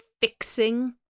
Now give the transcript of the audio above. fixing